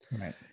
Right